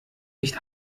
nicht